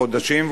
חודשים,